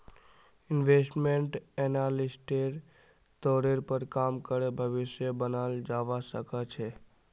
investment एनालिस्टेर तौरेर पर काम करे भविष्य बनाल जावा सके छे